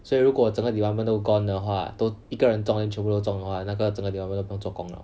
所以如果整个 department 都 gone 的话都一个人中 then 全部都中的话那个整个 department 就不用作工了